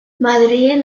madrilen